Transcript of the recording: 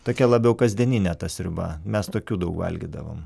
tokia labiau kasdieninė ta sriuba mes tokių daug valgydavom